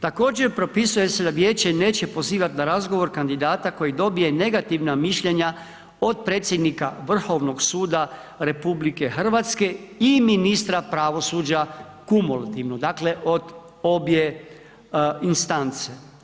Također, propisuje se da vijeće neće pozivati na razgovor kandidata koji dobije negativna mišljenja od predsjednika Vrhovnog suda RH i ministra pravosuđa kumulativno, dakle, od obje instance.